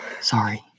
Sorry